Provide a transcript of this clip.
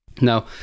Now